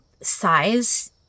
Size